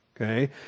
Okay